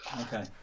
Okay